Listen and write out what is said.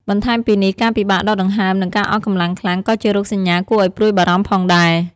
បន្ថែមពីនេះ ការពិបាកដកដង្ហើម និង អស់កម្លាំងខ្លាំង ក៏ជារោគសញ្ញាគួរឱ្យព្រួយបារម្ភផងដែរ។